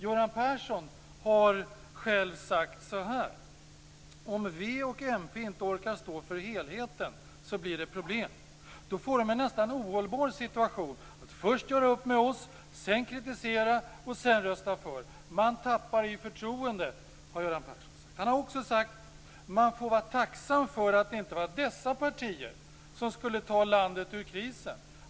Göran Persson har själv sagt så här: Om v och mp inte orkar stå för helheten så blir det problem. Då får de en nästan ohållbar situation att först göra upp med oss, sedan kritisera och sedan rösta för. Man tappar i förtroende, har Göran Persson sagt. Han har också sagt: Man får vara tacksam för att det inte var dessa partier som skulle ta landet ur krisen.